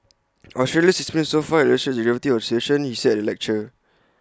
Australia's experience so far illustrates the gravity of the situation he said at the lecture